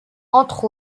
entre